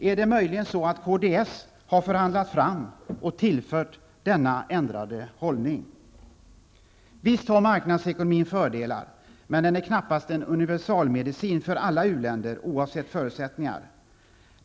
Är det möjligen så att kds har förhandlat fram och tillfört denna ändrade hållning? Visst har marknadsekonomin fördelar. Men den är knappast en universalmedicin för alla u-länder oavsett förutsättningar.